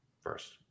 First